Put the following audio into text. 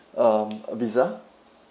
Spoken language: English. um a visa